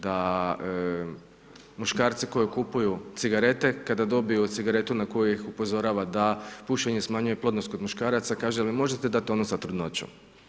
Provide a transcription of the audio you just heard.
Da muškarci koji kupuju cigarete, kada dobiju cigarete na koji ih upozorava da pušenje smanjuje plodnost kod muškaraca, kaže možete dati onu za trudnoću.